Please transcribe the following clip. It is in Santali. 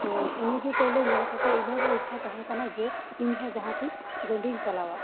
ᱛᱚ ᱩᱱᱤᱜᱤ ᱯᱩᱭᱞᱩ ᱧᱮᱞᱠᱟᱛᱮᱜ ᱤᱧᱟᱜ ᱦᱚᱸ ᱤᱪᱷᱟ ᱛᱟᱦᱮᱸ ᱠᱟᱱᱟᱡᱮ ᱤᱧᱦᱚᱸ ᱡᱟᱦᱟᱸ ᱛᱤᱥ ᱜᱟᱹᱰᱤᱧ ᱪᱟᱞᱟᱣᱟ